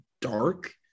dark